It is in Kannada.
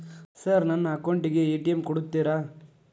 ಸರ್ ನನ್ನ ಅಕೌಂಟ್ ಗೆ ಎ.ಟಿ.ಎಂ ಕೊಡುತ್ತೇರಾ?